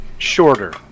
Shorter